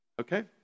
okay